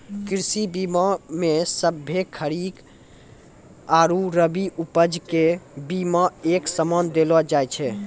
कृषि बीमा मे सभ्भे खरीक आरु रवि उपज के बिमा एक समान देलो जाय छै